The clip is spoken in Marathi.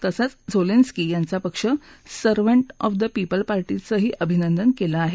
तसंच झोलेन्सकी यांचा पक्ष सर्वट ऑफ द पीपल पार्टीचंही अभिनंदन केलं आहे